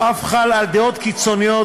הוא אף חל על דעות קיצוניות,